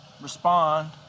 respond